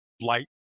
light